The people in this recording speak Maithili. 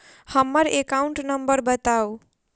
हम्मर एकाउंट नंबर बताऊ?